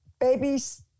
babies